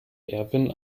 erwin